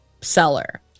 seller